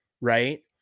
right